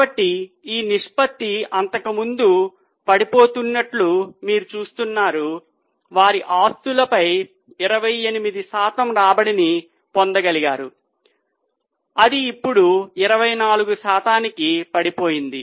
కాబట్టి ఈ నిష్పత్తి అంతకుముందు పడిపోతున్నట్లు మీరు చూస్తున్నారు వారు ఆస్తులపై 28 శాతం రాబడిని పొందగలిగారు అది ఇప్పుడు 24 శాతానికి పడిపోయింది